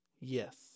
Yes